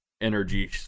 energy